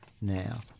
now